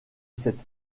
cette